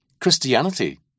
Christianity